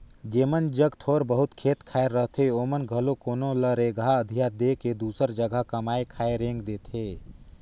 जेमन जग थोर बहुत खेत खाएर रहथे ओमन घलो कोनो ल रेगहा अधिया दे के दूसर जगहा कमाए खाए रेंग देथे